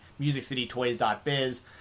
musiccitytoys.biz